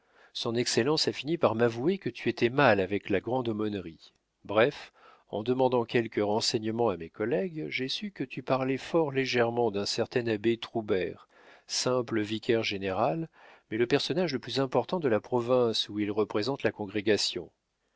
son excellence a fini par m'avouer que tu étais mal avec la grande aumônerie bref en demandant quelques renseignements à mes collègues j'ai su que tu parlais fort légèrement d'un certain abbé troubert simple vicaire-général mais le personnage le plus important de la province où il représente la congrégation